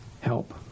Help